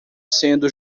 sendo